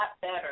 better